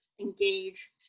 engage